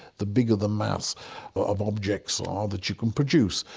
the bigger the mass of objects are that you can produce,